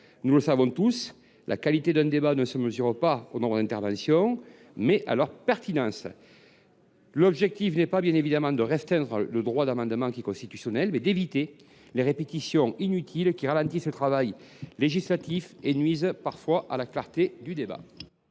Nous le savons tous, la qualité d’un débat se mesure non pas au nombre d’interventions, mais à leur pertinence. L’objectif n’est bien évidemment pas de restreindre le droit d’amendement, qui est constitutionnel, mais d’éviter les répétitions inutiles qui ralentissent le travail législatif et nuisent parfois à la clarté du débat.